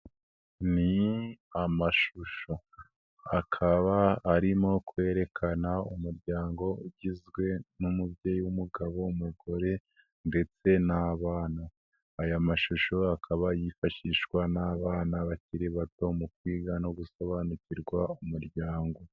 Ni amashusho akaba arimo kwerekana umuryango ugizwe n'umubyeyi w'umugabo, umugore ndetse n'bana, aya mashusho akaba yifashishwa n'abana bakiri bato mu kwiga no gusobanukirwa umuryango.